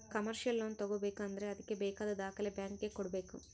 commercial loan ತಗೋಬೇಕು ಅಂದ್ರೆ ಅದ್ಕೆ ಬೇಕಾದ ದಾಖಲೆ ಬ್ಯಾಂಕ್ ಗೆ ಕೊಡ್ಬೇಕು